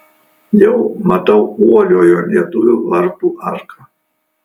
jau matau uoliojo lietuvio vartų arką